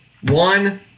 one